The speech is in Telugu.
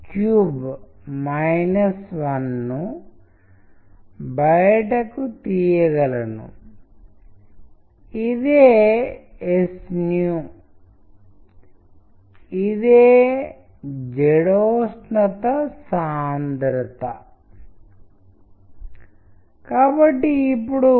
మరియు మధ్యలో పదాలు లేకపోవటం ద్వారా నిశ్శబ్దం నాటకీయంగా లేదా యాపిల్ స్వయంకృతంగా మళ్ళీ మళ్ళీ సూచించబడుతుందని మీరు చూసే కాంక్రీట్ పద్యాల యొక్క ఇతర ఉదాహరణలు ఇక్కడ ఉన్నాయి